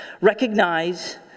recognize